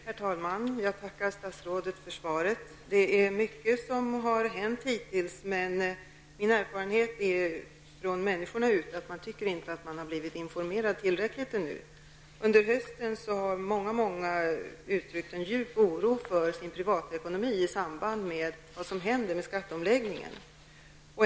Herr talman! Jag tackar statsrådet för svaret. Det är mycket som har hänt hittills. Men min erfarenhet är att människor anser att de inte har fått tillräckligt med information. Under hösten uttryckte många en djup oro för sin privatekonomi i samband med skatteomläggningen.